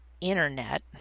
Internet